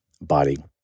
body